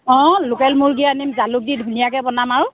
অ' local মুৰ্গী আনিম জালুক দি ধুনীয়াকৈ বনাম আৰু